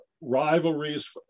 rivalries